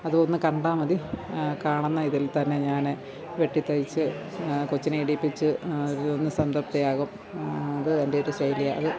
അതൊന്ന് കണ്ടാല് മതി കാണുന്ന ഇതിൽ തന്നെ ഞാന് വെട്ടിത്തയച്ച് കൊച്ചിനെ ഇടീപ്പിച്ച് ഒന്ന് സംതൃപ്തയാകും അത് എൻ്റെ ഒരു ശൈലിയാണ് അത്